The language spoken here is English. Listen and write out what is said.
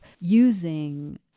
using